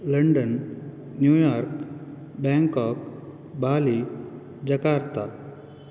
London New York Bangkok Bali Jakarta